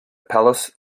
palace